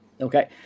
Okay